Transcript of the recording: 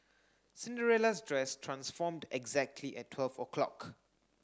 Cinderella's dress transformed exactly at twelve o'clock